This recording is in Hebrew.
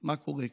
מה קורה כאן?